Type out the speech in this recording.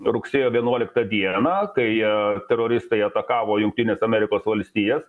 rugsėjo vienuoliktą dieną kai teroristai atakavo jungtines amerikos valstijas